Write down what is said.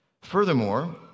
Furthermore